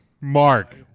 Mark